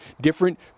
different